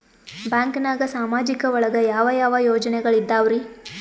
ಬ್ಯಾಂಕ್ನಾಗ ಸಾಮಾಜಿಕ ಒಳಗ ಯಾವ ಯಾವ ಯೋಜನೆಗಳಿದ್ದಾವ್ರಿ?